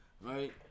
right